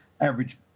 Average